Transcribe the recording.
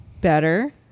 better